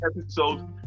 episode